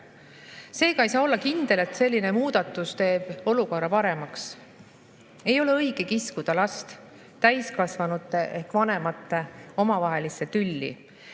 Seega ei saa olla kindel, et selline muudatus teeb olukorra paremaks. Ei ole õige kiskuda last täiskasvanute ehk vanemate omavahelisse tülli.